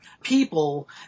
people